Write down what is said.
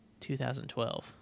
2012